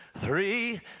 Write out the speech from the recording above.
three